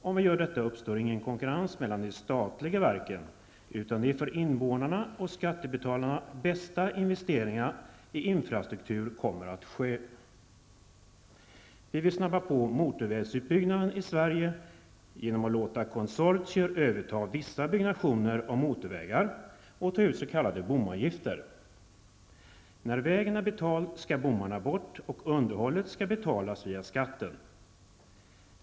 Om vi gör detta uppstår ingen konkurrens mellan de statliga verken, utan de för invånarna och skattebetalarna bästa investeringarna i infrastruktur kommer att ske. Vi vill skynda på motorvägsutbyggnaden i Sverige genom att låta konsortier överta vissa byggnationer av motorvägar och ta ut s.k. bomavgifter. När vägen är betald skall bommarna bort, och underhållet skall betalas via skatten.